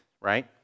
right